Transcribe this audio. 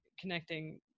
connecting